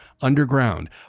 underground